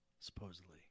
Supposedly